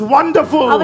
Wonderful